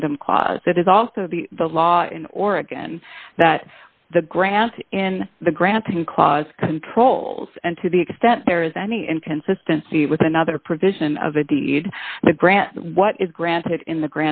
husband and clause that is also the the law in oregon that the grant in the granting clause controls and to the extent there is any inconsistency with another provision of a deed the grant what is granted in the